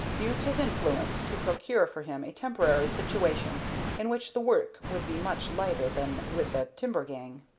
used his influence to procure for him a temporary situation in which the work would be much lighter than with the timber gang.